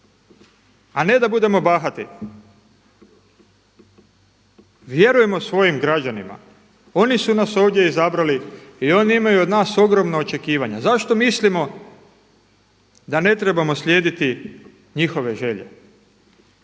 služimo svome narodu. Vjerujemo svojim građanima, oni su nas ovdje izabrali i oni imaju od nas ogromna očekivanja. Zašto mislimo da ne trebamo slijediti njihove želje?